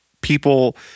people